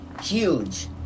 Huge